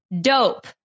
Dope